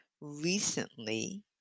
recently